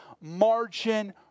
Margin